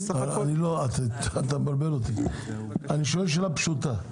אתה מבלבל אותי, אני שואל שאלה פשוטה.